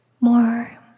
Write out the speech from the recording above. More